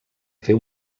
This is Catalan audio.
fer